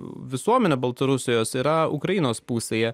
visuomenę baltarusijos yra ukrainos pusėje